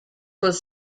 was